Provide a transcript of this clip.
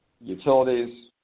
utilities